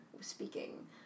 speaking